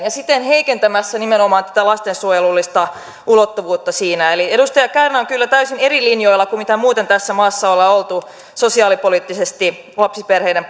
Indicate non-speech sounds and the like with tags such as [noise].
ja siten heikentämässä nimenomaan tätä lastensuojelullista ulottuvuutta siinä eli edustaja kärnä on kyllä täysin eri linjoilla kuin muuten tässä maassa ollaan oltu sosiaalipoliittisesti lapsiperheiden [unintelligible]